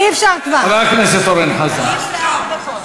דברי דברי טעם, לא נפריע לך.